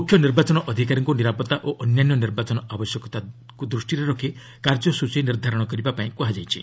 ମୁଖ୍ୟ ନିର୍ବାଚନ ଅଧିକାରୀଙ୍କୁ ନିରାପତ୍ତା ଓ ଅନ୍ୟାନ୍ୟ ନିର୍ବାଚନ ଆବଶ୍ୟକତାକୁ ଦୃଷ୍ଟିରେ ରଖି କାର୍ଯ୍ୟସୂଚୀ ନିର୍ଦ୍ଧାରଣ କରିବା ପାଇଁ କୁହାଯାଇଛି